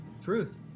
Truth